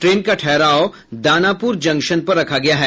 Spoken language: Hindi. ट्रेन का ठहराव दानापुर जंक्शन पर रखा गया है